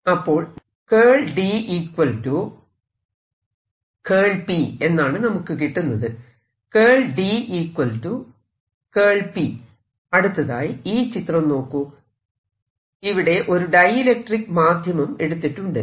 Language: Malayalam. അപ്പോൾ എന്നാണ് നമുക്ക് കിട്ടുന്നത് അടുത്തതായി ഈ ചിത്രം നോക്കൂ ഇവിടെ ഒരു ഡൈഇലക്ട്രിക്ക് മാധ്യമം എടുത്തിട്ടുണ്ട്